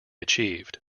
achieved